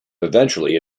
eventually